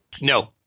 No